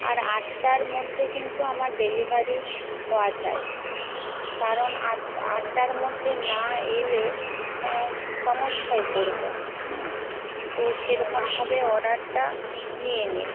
আর আটটার মধ্যে কিন্তু আমার ডেলিভারি হওয়া চাই কারণ আটটার মধ্যে না এলে সমস্যায় পরবো হুম তো সেরকমভাবে অর্ডারটা নিয়ে নিন